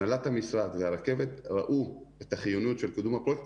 הנהלת המשרד והרכבת ראו את החיוניות של קידום הפרויקט